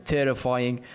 Terrifying